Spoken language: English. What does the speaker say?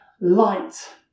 light